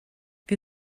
wie